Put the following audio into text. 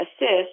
assist